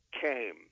came